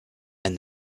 and